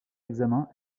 examen